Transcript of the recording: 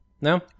No